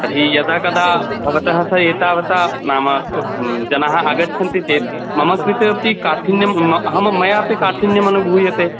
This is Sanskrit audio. तर्हि यदा कदा भवता सह एतावता नाम जनाः आगच्छन्ति चेत् ममकृतेऽपि काठिन्यम् म् अहं मयापि काठिन्यम् अनुभूयते